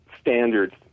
standards